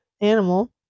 animal